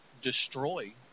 destroy